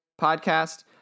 podcast